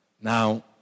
Now